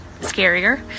scarier